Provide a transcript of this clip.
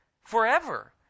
forever